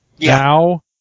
Now